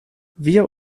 wir